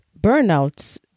burnouts